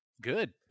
Good